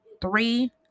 three